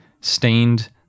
stained